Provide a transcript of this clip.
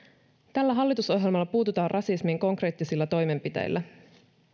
tällä hallitusohjelmalla puututaan rasismiin konkreettisilla toimenpiteillä